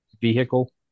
vehicle